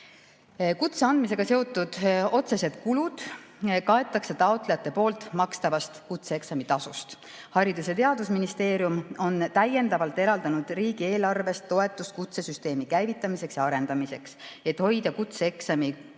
Kutse andmisega seotud otsesed kulud kaetakse taotlejate poolt makstavast kutseeksami tasust. Haridus‑ ja Teadusministeerium on täiendavalt eraldanud riigieelarvest toetust kutsesüsteemi käivitamiseks ja arendamiseks, et hoida kutseeksami kulud